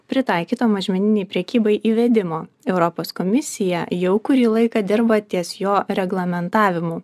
pritaikyto mažmeninei prekybai įvedimo europos komisija jau kurį laiką dirba ties jo reglamentavimu